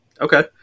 Okay